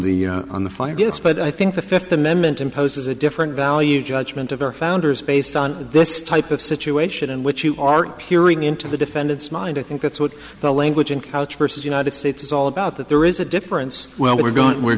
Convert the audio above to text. the on the fight against but i think the fifth amendment imposes a different value judgment of our founders based on this type of situation in which you aren't hearing into the defendant's mind i think that's what the language and couch versus united states is all about that there is a difference well we're going we're